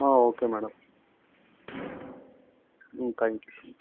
okay madam thanks